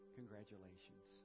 congratulations